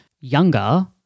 younger